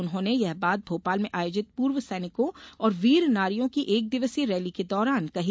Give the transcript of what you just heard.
उन्होंने ये बात भोपाल में आयोजित पूर्व सैनिकों और वीर नारियों की एक दिवसीय रैली के दौरान कहीं